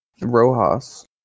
Rojas